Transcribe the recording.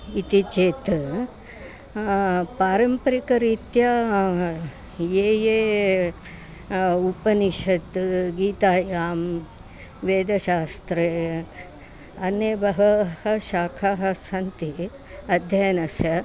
इति चेत् पारम्परिकरीत्या ये ये उपनिषत् गीतायां वेदशास्त्रे अन्याः बहवः शाखाः सन्ति अध्ययनस्य